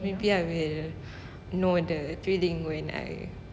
maybe I will know the feeling when I